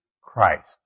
Christ